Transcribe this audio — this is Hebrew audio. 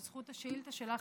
בזכות השאילתה שלך,